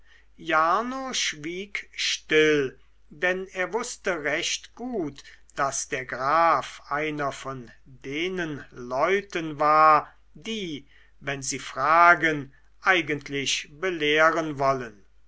jarno schwieg still denn er wußte recht gut daß der graf einer von denen leuten war die wenn sie fragen eigentlich belehren wollen